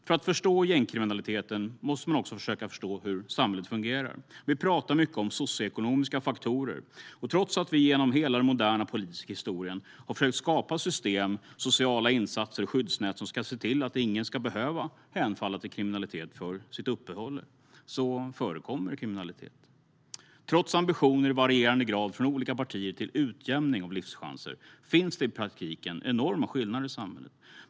För att förstå gängkriminaliteten måste man också försöka förstå hur samhället fungerar. Vi talar mycket om socioekonomiska faktorer. Trots att vi genom hela den moderna politiska historien har försökt skapa system, sociala insatser och skyddsnät som ska se till att ingen ska behöva hemfalla åt kriminalitet för sitt uppehälle förekommer kriminalitet. Trots ambitioner i varierande grad från olika partier om utjämning av livschanser finns det i praktiken enorma skillnader i samhället.